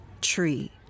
tree